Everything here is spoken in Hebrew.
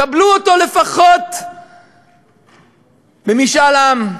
קבלו אותו לפחות במשאל עם.